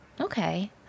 Okay